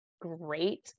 great